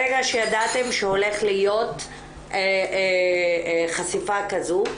ברגע שידעתם שהולך להיות חשיפה כזו,